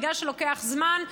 בגלל שלוקח זמן,